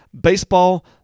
baseball